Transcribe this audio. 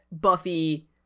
Buffy